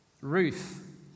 Ruth